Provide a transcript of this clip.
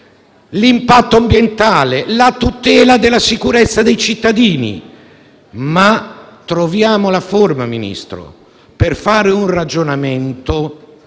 impatto ambientale, la tutela della sicurezza dei cittadini, ma troviamo la forma per fare un ragionamento